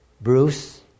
Bruce